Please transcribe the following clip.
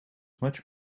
much